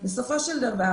בסופו של דבר,